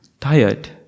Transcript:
tired